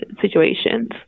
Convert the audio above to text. situations